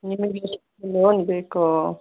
ನಿಮಗೆಷ್ಟು loan ಬೇಕು